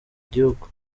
gihugu